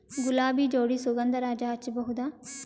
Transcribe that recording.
ಗುಲಾಬಿ ಜೋಡಿ ಸುಗಂಧರಾಜ ಹಚ್ಬಬಹುದ?